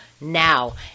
now